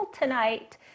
tonight